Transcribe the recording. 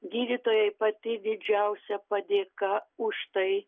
gydytojai pati didžiausia padėka už tai